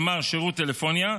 כלומר שירות טלפוניה,